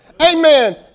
amen